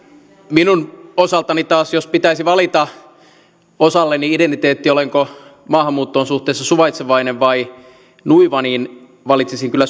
minun osaltani taas jos pitäisi valita osalleni identiteetti olenko maahanmuuttoon suhteessa suvaitsevainen vai nuiva niin valitsisin kyllä